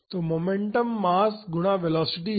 तो momentum mass गुणा velocity है